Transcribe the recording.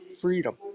freedom